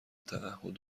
تعهد